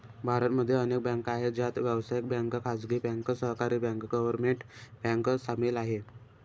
भारत मध्ये अनेक बँका आहे, ज्यात व्यावसायिक बँक, खाजगी बँक, सहकारी बँक, गव्हर्मेंट बँक सामील आहे